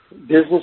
business